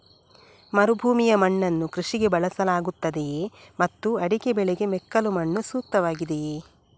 ಮರುಭೂಮಿಯ ಮಣ್ಣನ್ನು ಕೃಷಿಗೆ ಬಳಸಲಾಗುತ್ತದೆಯೇ ಮತ್ತು ಅಡಿಕೆ ಬೆಳೆಗೆ ಮೆಕ್ಕಲು ಮಣ್ಣು ಸೂಕ್ತವಾಗಿದೆಯೇ?